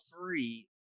three